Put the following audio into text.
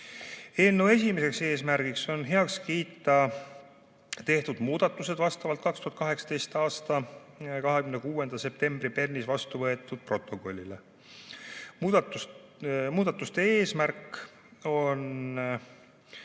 Eelnõu põhieesmärk on heaks kiita tehtud muudatused vastavalt 2018. aasta 26. septembril Bernis vastu võetud protokollile. Muudatuste eesmärk on